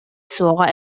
суоҕа